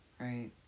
right